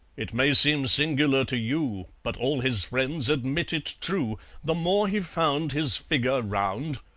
it may seem singular to you, but all his friends admit it true the more he found his figure round,